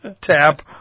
tap